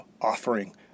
offering